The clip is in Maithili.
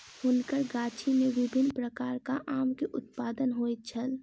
हुनकर गाछी में विभिन्न प्रकारक आम के उत्पादन होइत छल